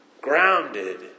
grounded